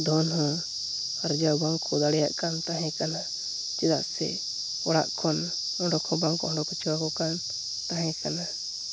ᱫᱷᱚᱱ ᱦᱚᱸ ᱟᱨᱡᱟᱣ ᱵᱟᱝᱠᱚ ᱫᱟᱲᱮᱭᱟᱜᱠᱟᱱ ᱛᱟᱦᱮᱸ ᱠᱟᱱᱟ ᱪᱮᱫᱟᱜ ᱥᱮ ᱚᱲᱟᱜ ᱠᱷᱚᱱ ᱚᱰᱳᱠ ᱦᱚᱸ ᱵᱟᱝᱠᱚ ᱚᱰᱳᱠᱚᱪᱚ ᱟᱠᱚᱠᱟᱱ ᱛᱟᱦᱮᱸ ᱠᱟᱱᱟ